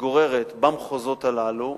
מתגוררת במחוזות הללו,